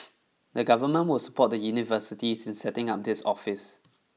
the government will support the universities in setting up this office